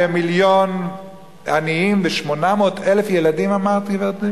במיליון עניים ו-800,000 ילדים אמרת?